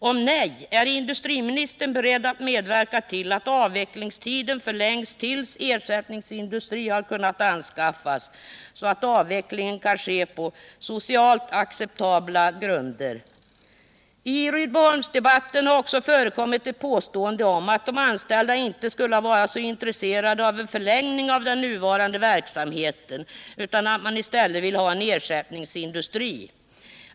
Om svaret är nej, är industriministern då beredd att medverka till att avvecklingstiden förlängs tills någon ersättningsindustri har kunnat anskaffas, så att avvecklingen kan ske på socialt acceptabla grunder? I Rydboholmsdebatten har också förekommit ett påstående om att de anställda inte skulle vara så intresserade av en förlängning av den nuvarande verksamheten utan i stället vill ha en ersättningsindustri.